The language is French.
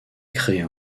créer